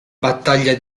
battaglia